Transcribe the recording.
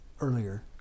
earlier